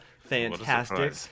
Fantastic